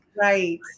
right